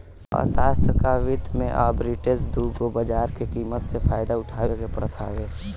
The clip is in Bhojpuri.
अर्थशास्त्र आ वित्त में आर्बिट्रेज दू गो बाजार के कीमत से फायदा उठावे के प्रथा हवे